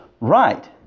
Right